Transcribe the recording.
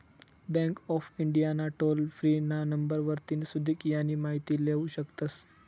bank of India ना toll free ना number वरतीन सुदीक यानी माहिती लेवू शकतस